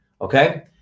okay